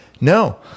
no